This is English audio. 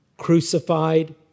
Crucified